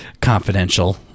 confidential